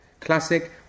Classic